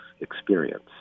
experience